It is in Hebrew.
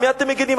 על מי אתם מגינים?